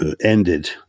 ended